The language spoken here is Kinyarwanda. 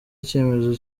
icyemezo